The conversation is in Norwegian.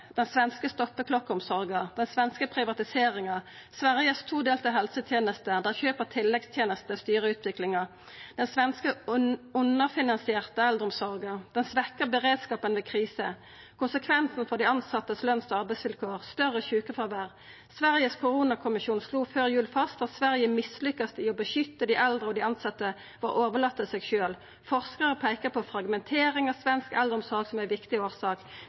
den svenske stoppeklokkeomsorga, den svenske privatiseringa, Sveriges todelte helseteneste der kjøp av tilleggstenester styrer utviklinga, den svenske underfinansierte eldreomsorga, den svekka beredskapen ved krise, konsekvensen for løns- og arbeidsvilkåra til dei tilsette, større sjukefråvær? Sveriges koronakommisjon slo før jul fast at Sverige mislykkast i å beskytta dei eldre, og at dei tilsette vart overlatne til seg sjølve. Forskarar peikar på fragmenteringa av svensk eldreomsorg som ei viktig årsak.